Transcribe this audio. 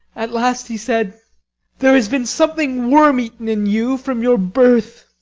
at last he said there has been something worm-eaten in you from your birth.